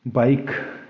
bike